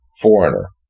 foreigner